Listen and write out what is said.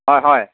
হয় হয়